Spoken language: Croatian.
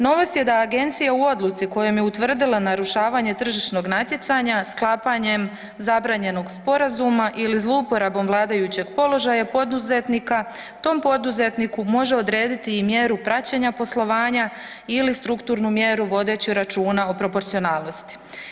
Novost je da Agencija u odluci kojom je utvrdila narušavanje tržišnog natjecanja sklapanjem zabranjenog sporazuma ili zlouporabom vladajućeg položaja poduzetnika tom poduzetniku može odrediti i mjeru praćenja poslovanja ili strukturnu mjeru vodeći računa o proporcionalnosti.